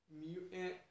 Mutant